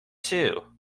too